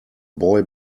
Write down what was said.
boy